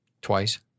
Twice